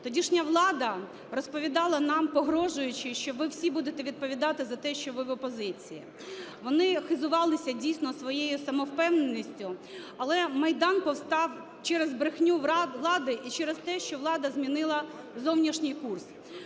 Тодішня влада розповідала нам, погрожуючи, що ви всі будете відповідати за те, що ви в опозиції. Вони хизувалися, дійсно, своєю самовпевненістю, але Майдан постав через брехню влади і через те, що влада змінила зовнішній курс.